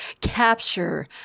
capture